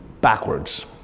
backwards